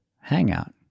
hangout